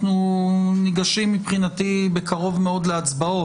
מבחינתי אנחנו ניגשים בקרוב מאוד להצבעות.